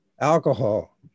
alcohol